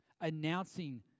announcing